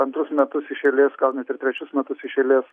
antrus metus iš eilės gal net ir trečius metus iš eilės